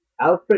Alfred